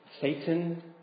Satan